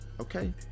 Okay